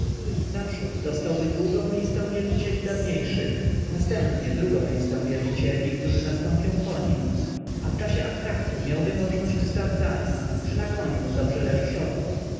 naprzód dostałby długą listę wielbicieli dawniejszych następnie drugą listę wielbicieli którzy nastąpią po nim a w czasie antraktu miałby możność sprawdzania czy na koniu dobrze leży siodło